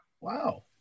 Wow